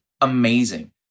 amazing